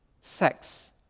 sex